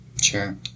Sure